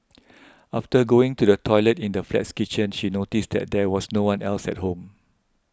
after going to the toilet in the flat's kitchen she noticed that there was no one else at home